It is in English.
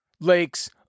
Lakes